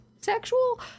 sexual